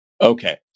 Okay